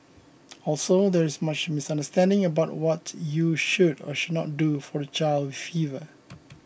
also there is much misunderstanding about what you should or should not do for a child with fever